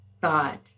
God